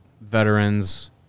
veterans